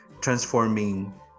transforming